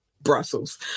Brussels